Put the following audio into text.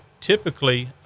typically